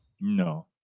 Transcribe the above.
No